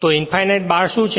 તો ઇંફાઇનાઇટ બાર શું છે